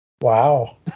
Wow